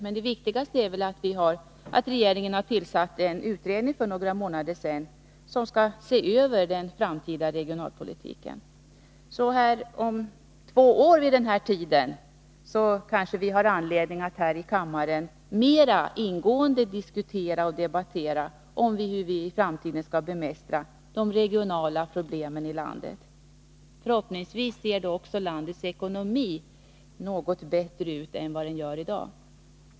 Men den viktigaste orsaken är att regeringen för några månader sedan tillsatte en regionalpolitisk utredning, som skall se över den framtida regionalpolitiken. Vid den här tiden om två år bör vi därför ha anledning att här i kammaren mera ingående diskutera hur vi i framtiden skall bemästra de regionala problemen i landet. Förhoppningsvis ser då också landets ekonomi något bättre ut än vad den gör i dag.